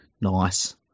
nice